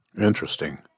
Interesting